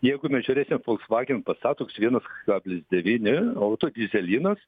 jeigu mes žiūrėsim folksvagen pasat toks vienas ka plius devyni auto dyzelinas